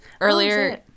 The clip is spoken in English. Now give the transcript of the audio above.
Earlier